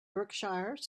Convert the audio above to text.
berkshire